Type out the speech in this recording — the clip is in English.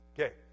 Okay